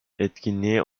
etkinliğe